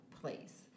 place